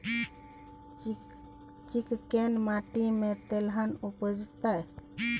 चिक्कैन माटी में तेलहन उपजतै?